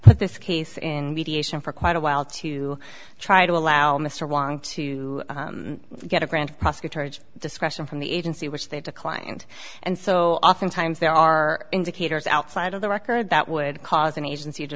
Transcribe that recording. put this case in mediation for quite a while to try to allow mr want to get a grant of prosecutorial discretion from the agency which they declined and so oftentimes there are indicators outside of the record that would cause an agency to